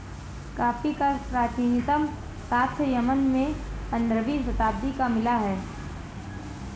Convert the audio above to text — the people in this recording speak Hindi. कॉफी का प्राचीनतम साक्ष्य यमन में पंद्रहवी शताब्दी का मिला है